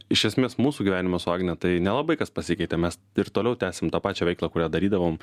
iš esmės mūsų gyvenime su agne tai nelabai kas pasikeitė mes ir toliau tęsiam tą pačią veiklą kurią darydavom